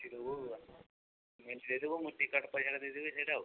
କିଛି ଦେବୁ ଆସୁନୁ ମିଲ୍ସ ଦେଇଦେବୁ ମୁଁ ଟିକଟ୍ ପଇସାଟା ଦେଇଦେବି ସେଟା ଆଉ